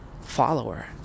follower